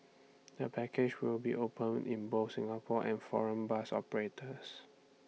the package will be open in both Singapore and foreign bus operators